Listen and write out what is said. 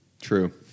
true